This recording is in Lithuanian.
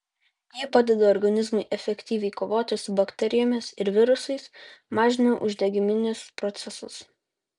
ji padeda organizmui efektyviai kovoti su bakterijomis ir virusais mažina uždegiminius procesus